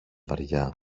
βαριά